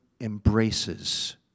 embraces